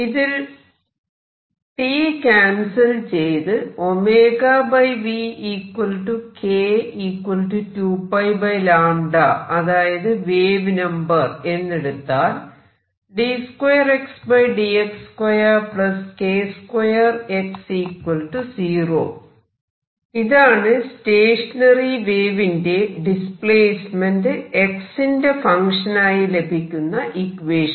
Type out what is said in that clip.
ഇതിൽ T cancel ചെയ്ത് ωv k 2π അതായത് വേവ് നമ്പർ എന്നെടുത്താൽ ഇതാണ് സ്റ്റേഷനറി വേവിന്റെ ഡിസ്പ്ലേസ്മെന്റ് x ന്റെ ഫങ്ക്ഷൻ ആയി ലഭിക്കുന്ന ഇക്വേഷൻ